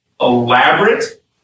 elaborate